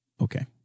Okay